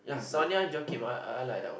Sonia Joakim I I like that one